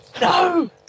No